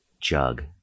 jug